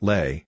Lay